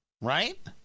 right